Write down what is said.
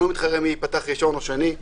אני לא מתחרה מי ייפתח ראשון או שני.